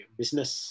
business